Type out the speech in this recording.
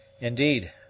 Indeed